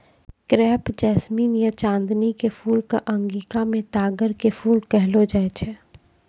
crepe jasmine या चांदनी फूल कॅ अंगिका मॅ तग्गड़ के फूल कहलो जाय छै